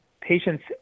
patients